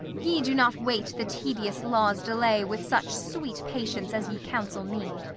ye do not wait the tedious law's delay with such sweet patience as ye counsel me.